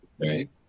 Right